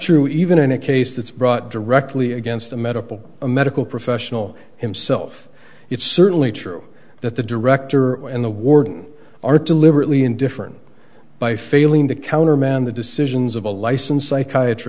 true even in a case that's brought directly against a medical a medical professional himself it's certainly true that the director and the warden are deliberately indifferent by failing to countermand the decisions of a licensed psychiatry